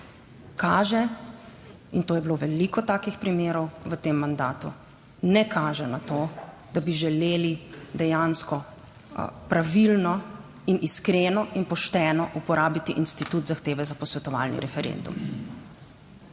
kaže, in to je bilo veliko takih primerov v tem mandatu, ne kaže na to, da bi želeli dejansko pravilno in iskreno in pošteno uporabiti institut zahteve za posvetovalni referendum.